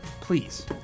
please